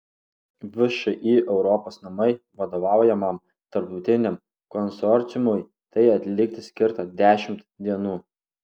všį europos namai vadovaujamam tarptautiniam konsorciumui tai atlikti skirta dešimt dienų